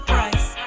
Price